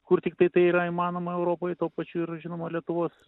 kur tiktai tai yra įmanoma europoj tuo pačiu ir žinoma lietuvos